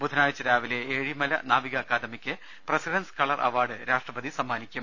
ബുധനാഴ്ച രാവിലെ ഏഴി മല നാവിക അക്കാദമിക്ക് രാഷ്ട്രപതി പ്രസിഡൻസ് കളർ അവാർഡ് രാഷ്ട്രപതി സമ്മാനിക്കും